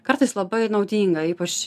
kartais labai naudinga ypač